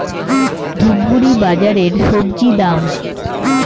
ধূপগুড়ি বাজারের স্বজি দাম?